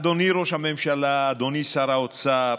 אדוני ראש הממשלה, אדוני שר האוצר,